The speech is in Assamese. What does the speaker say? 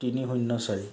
তিনি শূন্য চাৰি